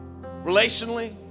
relationally